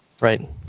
Right